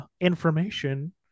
information